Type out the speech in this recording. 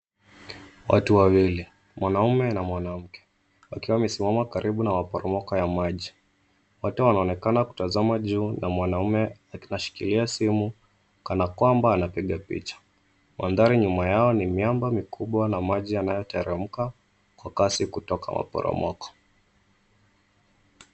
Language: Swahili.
Watu wawili mwanamme na mwanamke wakiwa wamesimama karibu na maporomoko ya maji. Wote wanaonekana kutazama juu na mwanamme anashikilia simu kana kwamba anapiga picha. Mandhari nyuma yao miamba mikubwa na maji inayoteremka kwa kasi kutoka maporomoko.